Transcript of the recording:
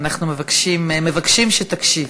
אנחנו מבקשים שתקשיב.